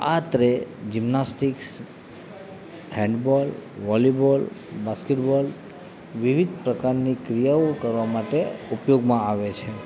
આ તરે gymnastics handball volleyball basketball વિવિધ પ્રકારની ક્રિયાઓ કરવા માટે ઉપયોગમાં આવે છે